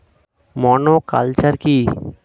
Monoculture কি?